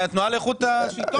התנועה לאיכות השלטון.